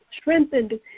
strengthened